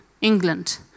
England